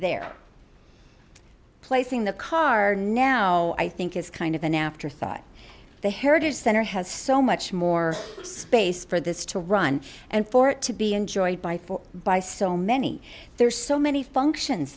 there placing the car now i think is kind of an afterthought the heritage center has so much more space for this to run and for it to be enjoyed by four by so many there's so many functions